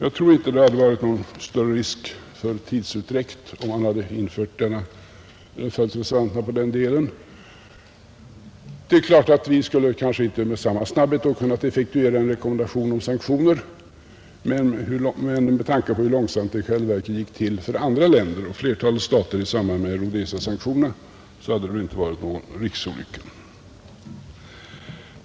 Jag tror inte att det hade varit någon större risk för tidsutdräkt, om man hade följt reservanterna på detta avsnitt. Vi skulle kanske inte med samma snabbhet ha kunnat effektuera en rekommendation om sanktioner, men med tanke på hur långsamt det i själva verket gick för andra länder och för flertalet stater i samband med Rhodesiasanktionerna hade det väl inte varit någon riksolycka.